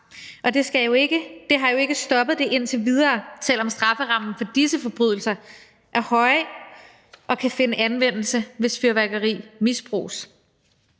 og det har jo ikke stoppet det indtil videre, selv om strafferammen for disse forbrydelser er høj og kan finde anvendelse, hvis fyrværkeri misbruges.